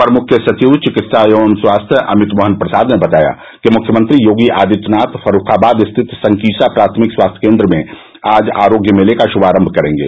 अपर मुख्य सचिव चिकित्सा एवं स्वास्थ्य अमित मोहन प्रसाद ने बताया कि मुख्यमंत्री योगी आदित्यनाथ फर्रूखाबाद स्थित संकीसा प्राथामिक स्वास्थ्य केन्द्र में आज आरोग्य मेला का श्भारम्भ करेंगे